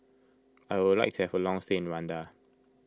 I would like to have a long stay in Rwanda